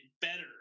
better